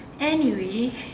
anyway